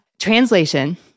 translation